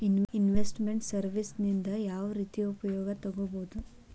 Invest made services ನಿಂದಾ ಯಾವ್ರೇತಿ ಉಪಯೊಗ ತಗೊಬೊದು?